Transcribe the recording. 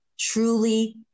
truly